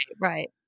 Right